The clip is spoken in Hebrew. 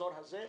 באזור הזה,